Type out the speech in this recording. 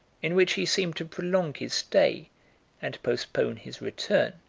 in which he seemed to prolong his stay and postpone his return